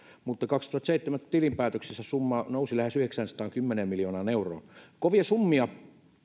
mutta vuoden kaksituhattaseitsemäntoista tilinpäätöksessä summa nousi lähes yhdeksäänsataankymmeneen miljoonaan euroon kovia summia